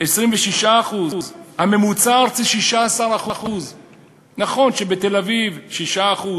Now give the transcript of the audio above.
26%; הממוצע הארצי, 16%. נכון שבתל-אביב 6%